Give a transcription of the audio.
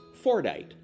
fordite